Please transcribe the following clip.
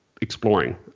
Exploring